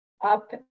up